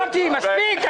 מוטי יוגב, מספיק.